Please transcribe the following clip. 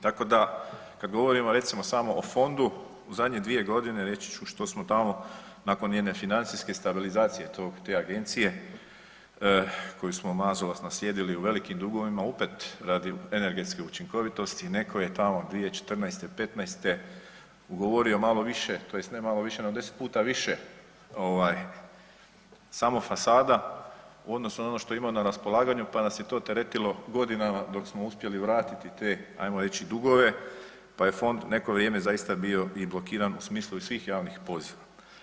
Tako da kad govorimo recimo samo o fondu u zadnje 2.g. reći ću što smo tamo nakon jedne financijske stabilizacije te agencije koju smo … [[Govornik se ne razumije]] naslijedili u velikim dugovima opet radi energetske učinkovitosti neko je tamo 2014.-'15. ugovorio malo više tj. ne malo više nego 10 puta više ovaj samo fasada u odnosu na ono što ima na raspolaganju, pa nas je to teretilo godinama dok smo uspjeli vratiti te, ajmo reći, dugove, pa je fond neko vrijeme zaista bio i blokiran u smislu svih javnih poziva.